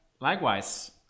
likewise